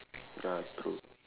ya true